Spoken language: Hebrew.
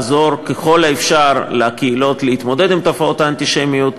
לעזור ככל האפשר לקהילות להתמודד עם תופעת האנטישמיות,